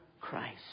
Christ